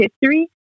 history